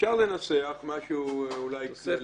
אפשר לנסח משהו אולי כללי,